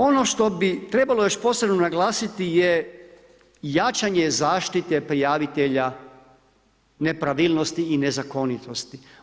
Ono što bi trebalo još posebno naglasiti je jačanje zaštite prijavitelja nepravilnosti i nezakonitosti.